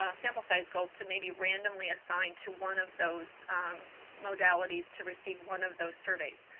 ah sample size goals, to maybe randomly assign to one of those modalities to receive one of those surveys.